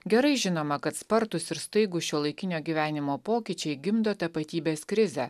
gerai žinoma kad spartūs ir staigūs šiuolaikinio gyvenimo pokyčiai gimdo tapatybės krizę